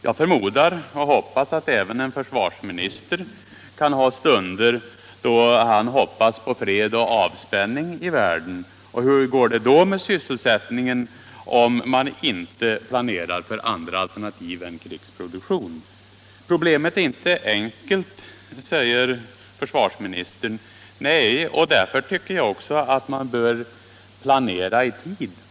Jag förmodar att även en försvarsminister kan ha stunder då han hoppas på fred och avspänning i världen. Hur går det då med sysselsättningen om man inte planerar för andra produkter än krigsproduktion? Problemet är inte enkelt, säger försvarsministern. Nej, och därför bör man också planera i tid.